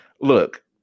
look